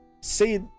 say